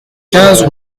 quinze